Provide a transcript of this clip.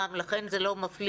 רם, לכן זה לא מפליא.